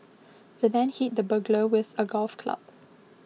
the man hit the burglar with a golf club